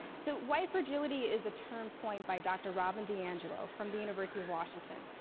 so, white fragility is a term coined by dr. robin diangelo from the university of washington,